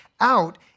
out